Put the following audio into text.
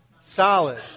Solid